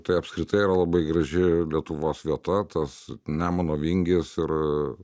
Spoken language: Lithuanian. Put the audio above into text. tai apskritai yra labai graži lietuvos vieta tas nemuno vingis ir